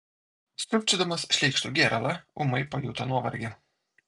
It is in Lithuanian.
siurbčiodamas šleikštų gėralą ūmai pajuto nuovargį